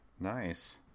Nice